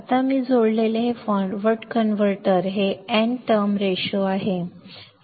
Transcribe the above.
आता मी जोडलेले हे फॉरवर्ड कन्व्हर्टर हे n टर्म रेशो आहे